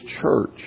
church